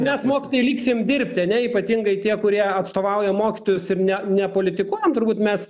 mes mokytojai liksim dirbti ane ypatingai tie kurie atstovauja mokytojus ir ne nepolitikuojam turbūt mes